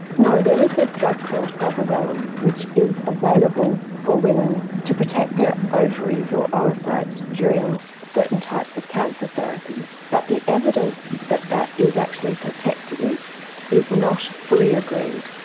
no, there is a drug called goserelin, which is available for women to protect their ovaries or oocytes during certain types of cancer therapy, but the evidence that that is actually protective is not fully agreed.